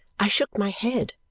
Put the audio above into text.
i shook my head,